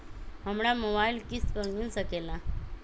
हमरा मोबाइल किस्त पर मिल सकेला?